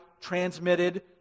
transmitted